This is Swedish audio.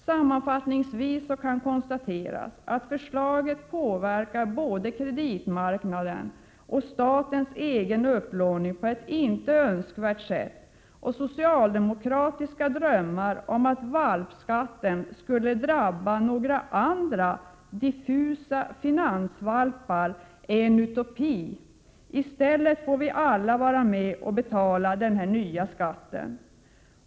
Sammanfattningsvis kan konstateras att förslaget påverkar både kreditmarknaden och statens egen upplåning på ett inte önskvärt sätt, och socialdemokratiska drömmar om att valpskatten skall drabba några diffusa finansvalpar är en utopi. I stället får vi alla vara med och betala denna nya skatt.